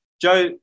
Joe